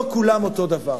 לא כולם אותו דבר.